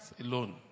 alone